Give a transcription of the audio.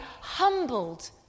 humbled